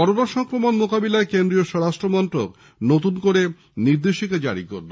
corona সংক্রমণ মোকাবিলায় কেন্দ্রীয় স্বরাষ্ট্র মন্ত্রক নতুন করে নির্দেশিকা জারি করেছে